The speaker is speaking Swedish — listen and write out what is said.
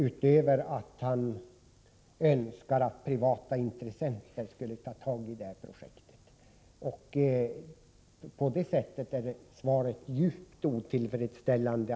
Han säger bara att han önskar att privata intressenter skall medverka till projektet. I så måtto är svaret djupt otillfredsställande.